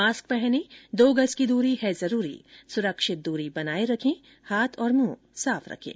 mask पहनें दो गज की दूरी है जरूरी सुरक्षित दूरी बनाए रखें हाथ और मुंह साफ रखें